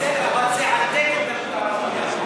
בסדר, אבל גם זה על תקן התרבות הערבית.